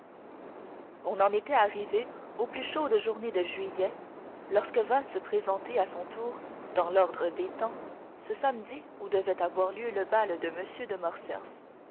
on en était arrivé aux plus chaudes journées de juillet lorsque vint se présenter à son tour dans l'ordre des temps ce samedi où devait avoir lieu le bal de m de